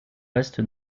reste